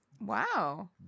Wow